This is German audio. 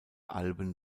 alben